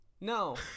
No